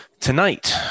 Tonight